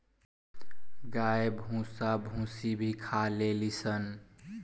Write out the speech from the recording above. गाय भूसा भूसी भी खा लेली सन